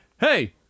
hey-